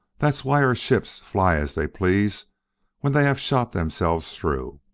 that's why our ships fly as they please when they have shot themselves through.